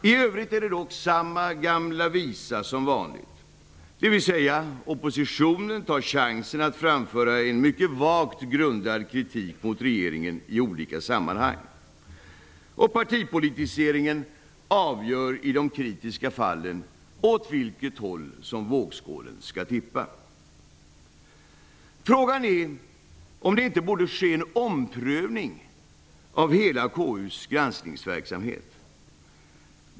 I övrigt är det dock samma gamla visa som vanligt, dvs. att oppositionen i olika sammanhang tar chansen att framföra en mycket vagt grundad kritik mot regeringen i olika sammanhang. Partipolitiseringen avgör i de kritiska fallen åt vilket håll vågskålen skall tippa. Frågan är om det inte borde ske en omprövning av hela KU:s granskningsverksamhet.